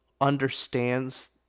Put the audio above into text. understands